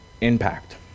impact